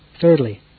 Thirdly